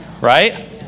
Right